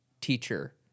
teacher